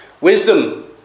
Wisdom